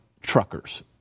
truckers